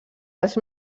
els